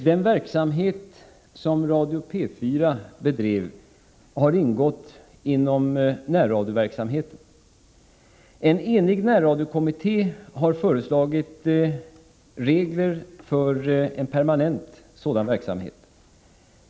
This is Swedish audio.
Herr talman! Radio P 4:s verksamhet har bedrivits inom närradioverksamheten. En enig närradiokommitté har föreslagit regler för en permanent sådan verksamhet.